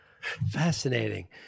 Fascinating